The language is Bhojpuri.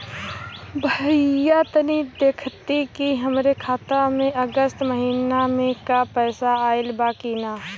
भईया तनि देखती की हमरे खाता मे अगस्त महीना में क पैसा आईल बा की ना?